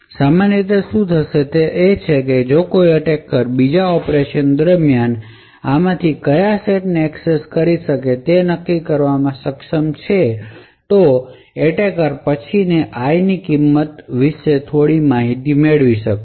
તેથી સામાન્ય રીતે શું થશે તે તે છે કે જો કોઈ એટેકર બીજા ઓપરેશન દરમિયાન આમાંથી કયા સેટને એક્સેસ કરી શકે તે નક્કી કરવામાં સક્ષમ છે તો એટેકર પછી i ની કિંમત વિશે થોડી માહિતી મેળવી શકશે